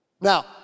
Now